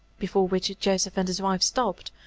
before which joseph and his wife stopped,